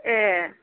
ए